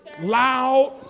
loud